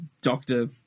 doctor